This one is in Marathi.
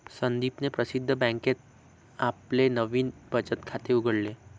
संदीपने प्रसिद्ध बँकेत आपले नवीन बचत खाते उघडले